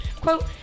Quote